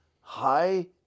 high